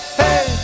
hey